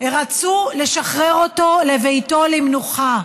רצו לשחרר אותו לביתו למנוחה.